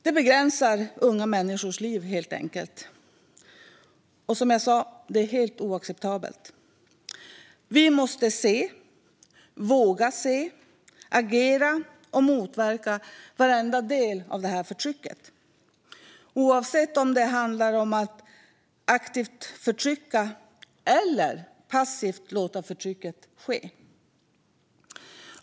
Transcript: Det begränsar unga människors liv, helt enkelt, och det är, som jag sa, helt oacceptabelt. Vi måste se, våga se, agera och motverka varenda del av detta förtryck, oavsett om det handlar om att aktivt förtrycka eller att passivt låta förtrycket ske.